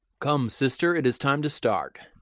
come, sister, it is time to start,